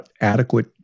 adequate